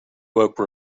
woke